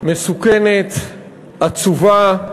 מסוכנת ועצובה.